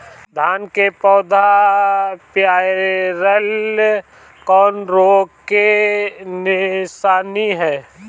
धान के पौधा पियराईल कौन रोग के निशानि ह?